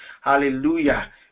hallelujah